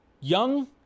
young